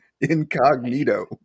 incognito